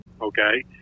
okay